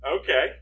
Okay